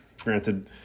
Granted